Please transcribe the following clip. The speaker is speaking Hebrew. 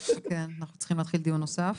אנחנו צריכים להתחיל דיון נוסף.